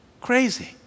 crazy